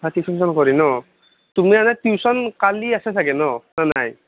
হা টিউশ্যন কৰি ন' তুমি এনেই টিউশ্যন কালি আছে চাগে ন নে নাই